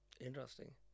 Interesting